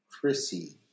Chrissy